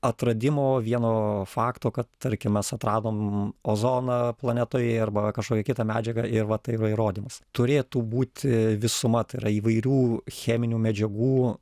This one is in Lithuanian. atradimo vieno fakto kad tarkim mes atradom ozoną planetoje arba kažkokią kitą medžiagą ir va tai va įrodymas turėtų būti visuma tai yra įvairių cheminių medžiagų